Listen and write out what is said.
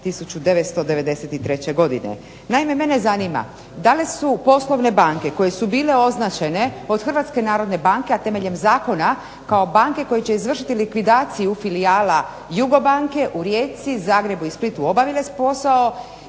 1993. godine. Naime mene zanima da li su poslovne banke koje su bile označene od HNB-a, a temeljem Zakona, kao banke koje će izvršiti likvidaciju filijala JUGOBANKE u Rijeci, Zagrebu i Splitu obavile posao